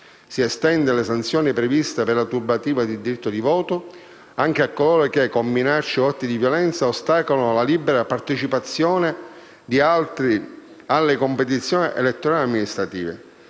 si estendono le sanzioni previste per la turbativa del diritto di voto anche a coloro che, con minacce o con atti di violenza, ostacolano la libera partecipazione di altri alle competizioni elettorali amministrative.